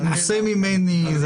מנוסה ממני.